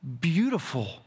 beautiful